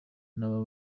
n’aba